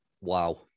Wow